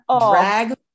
drag